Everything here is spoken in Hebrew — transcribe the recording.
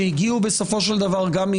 שהגיעו גם מאתנו.